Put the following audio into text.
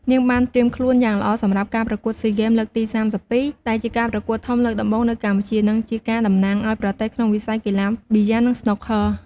នាងបានត្រៀមខ្លួនយ៉ាងល្អសម្រាប់ការប្រកួតស៊ីហ្គេមលើកទី៣២ ដែលជាការប្រកួតធំលើកដំបូងនៅកម្ពុជា និងជាការតំណាងឲ្យប្រទេសក្នុងវិស័យកីឡាប៊ីយ៉ា និងស្នូកឃ័រ។